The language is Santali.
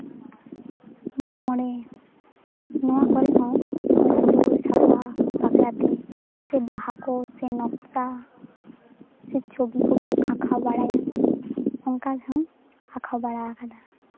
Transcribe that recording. ᱢᱟᱜ ᱢᱚᱬᱮ ᱱᱚᱣᱟ ᱠᱚᱨᱮ ᱦᱚᱸ ᱚᱲᱟᱜ ᱫᱩᱣᱟᱹᱨ ᱥᱟᱯᱷᱟ ᱵᱟᱠᱷᱨᱟᱛᱮ ᱥᱮ ᱵᱟᱦᱟ ᱠᱚ ᱥᱮ ᱱᱚᱠᱥᱟ ᱥᱮ ᱪᱷᱚᱵᱤ ᱠᱚᱵᱚᱱ ᱟᱸᱠᱟᱣ ᱵᱟᱲᱟᱭᱟ ᱥᱮ ᱱᱚᱝᱠᱟ ᱠᱚᱦᱚᱸ ᱟᱸᱠᱟᱣ ᱵᱟᱲᱟ ᱠᱟᱫᱟ